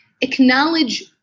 Acknowledge